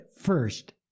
first